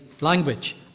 language